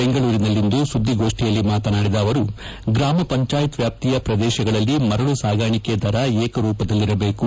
ಬೆಂಗಳೂರಿನಲ್ಲಿಂದು ಸುದ್ದಿಗೋಷ್ಠಿಯಲ್ಲಿ ಮಾತನಾಡಿದ ಅವರು ಗ್ರಾಮ ಪಂಚಾಯತ್ ವ್ಯಾಪ್ತಿಯ ಪ್ರದೇಶಗಳಲ್ಲಿ ಮರಳು ಸಾಗಾಣಿಕೆ ದರ ಏಕರೂಪದಲ್ಲಿರಬೇಕು